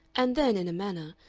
and then, in a manner,